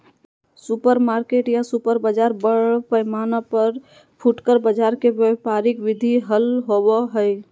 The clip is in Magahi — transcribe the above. सुपरमार्केट या सुपर बाजार बड़ पैमाना पर फुटकर बाजार के व्यापारिक विधि हल होबा हई